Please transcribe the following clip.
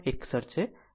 61 છે